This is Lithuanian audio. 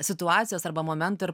situacijos arba momento ir